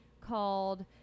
called